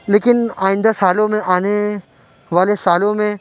لیکن آئندہ سالوں میں آنے والے سالوں میں